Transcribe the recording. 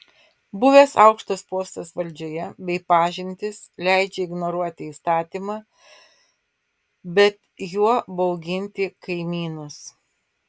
buvęs aukštas postas valdžioje bei pažintys leidžia ignoruoti įstatymą bet juo bauginti kaimynus